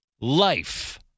Life